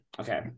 okay